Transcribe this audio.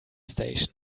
station